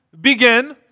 begin